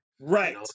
Right